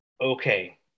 okay